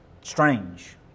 strange